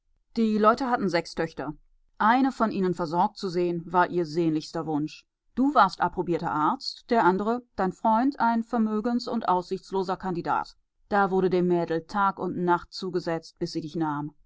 die leute hatten sechs töchter eine von ihnen versorgt zu sehen war ihr sehnlichster wunsch du warst approbierter arzt der andere dein freund ein vermögens und aussichtsloser kandidat da wurde dem mädel tag und nacht zugesetzt bis sie dich nahm